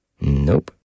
Nope